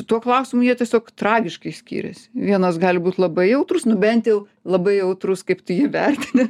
tuo klausimu jie tiesiog tragiškai skiriasi vienas gali būt labai jautrus nu bent jau labai jautrus kaip tu jį vertini